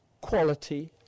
quality